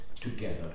together